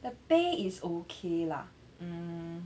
the pay is okay lah mm